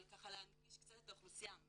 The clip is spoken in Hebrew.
להנגיש קצת את האוכלוסייה.